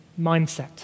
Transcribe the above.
mindset